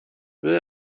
will